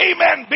Amen